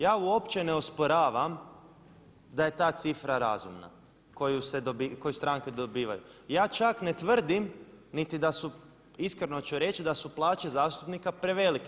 Ja uopće ne osporavam da je ta cifra razumna koju stranke dobivaju, ja čak ne tvrdim niti da su iskreno ću reći da su plaće zastupnika prevelike.